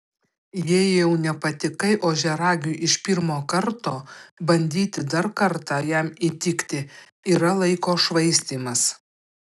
jei jau nepatikai ožiaragiui iš pirmo karto bandyti dar kartą jam įtikti yra laiko švaistymas